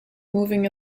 moving